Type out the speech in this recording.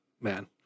man